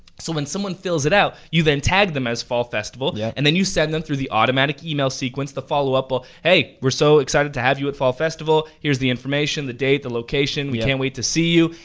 so when someone fills it out, you then tag them as fall festival yeah and then you send them through the automatic email sequence. they'll follow up. they'll, ah hey, we're so excited to have you at fall festival. here's the information, the date, the location. we can't wait to see you.